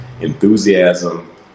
enthusiasm